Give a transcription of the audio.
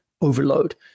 overload